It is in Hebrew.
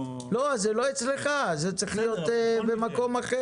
לא, זה לא אצלך, זה צריך להיות במקום אחר.